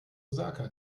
osaka